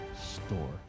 store